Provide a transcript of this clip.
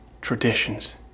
traditions